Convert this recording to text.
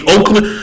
Oakland